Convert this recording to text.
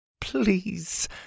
Please